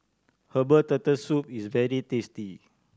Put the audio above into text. herbal Turtle Soup is very tasty